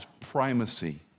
primacy